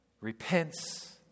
repents